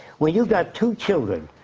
when you got two children,